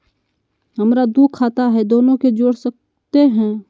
हमरा दू खाता हय, दोनो के जोड़ सकते है?